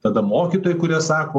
tada mokytojai kurie sako